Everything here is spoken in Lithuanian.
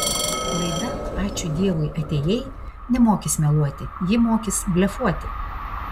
laida ačiū dievui atėjai nemokys meluoti ji mokys blefuoti